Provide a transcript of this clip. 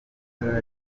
amatara